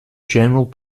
general